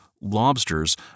lobsters